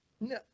No